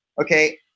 Okay